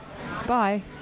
Bye